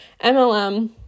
MLM